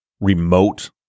remote